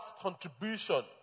contribution